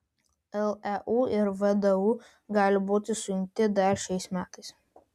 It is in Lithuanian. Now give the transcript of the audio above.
leu ir vdu gali būti sujungti dar šiais metais